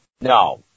No